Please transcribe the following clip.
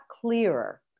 clearer